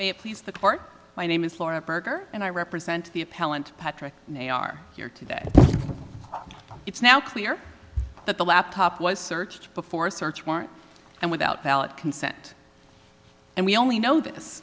can please the court my name is laura berger and i represent the appellant patrick they are here today it's now clear that the laptop was searched before a search warrant and without valid consent and we only know this